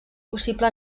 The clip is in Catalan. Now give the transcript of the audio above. possible